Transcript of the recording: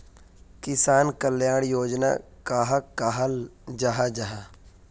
किसान कल्याण योजना कहाक कहाल जाहा जाहा?